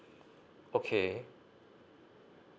okay